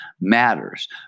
matters